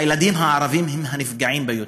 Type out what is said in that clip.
הילדים הערבים הם הנפגעים ביותר,